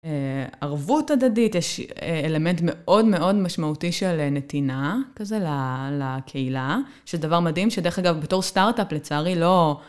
ערבות הדדית, יש אלמנט מאוד מאוד משמעותי של נתינה כזה לקהילה, שדבר מדהים שדרך אגב בתור סטארט-אפ לצערי לא.